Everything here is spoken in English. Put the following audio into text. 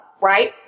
right